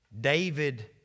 David